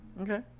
Okay